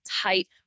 tight